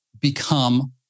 become